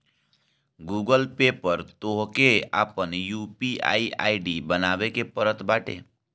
Google Pay पअ तोहके आपन यू.पी.आई आई.डी बनावे के पड़त बाटे